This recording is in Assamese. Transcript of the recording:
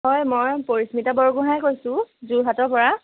হয় মই পৰিশ্মিতা বৰগোঁহাই কৈছোঁ যোৰহাটৰ পৰা